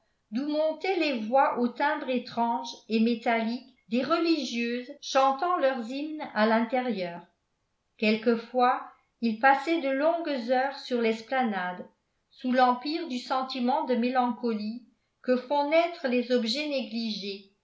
d'où montaient les voix au timbre étrange et métallique des religieuses chantant leurs hymnes à l'intérieur quelquefois ils passaient de longues heures sur l'esplanade sous l'empire du sentiment de mélancolie que font naître les objets négligés